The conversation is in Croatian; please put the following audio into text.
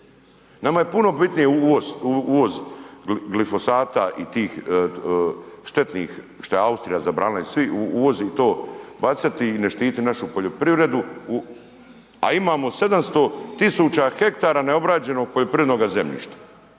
Nama je puno bitnije uvoz glifosata i tih štetnih šta je Austrija zabranila i svi uvozi to, bacati i ne štiti našu poljoprivredu, a imamo 700.000 hektara neobrađenog poljoprivrednog zemljišta,